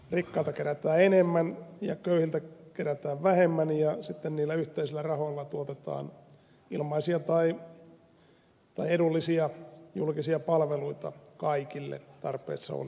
rikkailta kerätään enemmän ja köyhiltä kerätään vähemmän ja sitten niillä yhteisillä rahoilla tuotetaan ilmaisia tai edullisia julkisia palveluita kaikille tarpeessa oleville